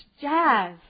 jazz